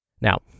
Now